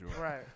Right